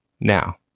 Now